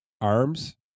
arms